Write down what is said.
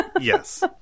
yes